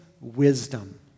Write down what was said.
wisdom